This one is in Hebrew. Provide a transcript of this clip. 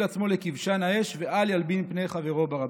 עצמו לכבשן האש ואל ילבין פני חברו ברבים.